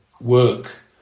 work